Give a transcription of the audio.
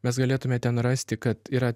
mes galėtume ten rasti kad yra